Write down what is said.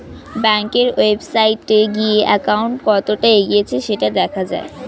ব্যাংকের ওয়েবসাইটে গিয়ে অ্যাকাউন্ট কতটা এগিয়েছে সেটা দেখা যায়